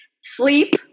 Sleep